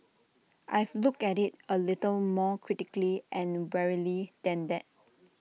I've looked at IT A little more critically and warily than that